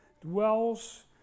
dwells